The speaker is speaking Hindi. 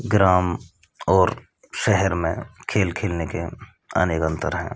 ग्राम और शहर में खेल खेलने के आने का अंतर है